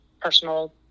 personal